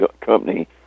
company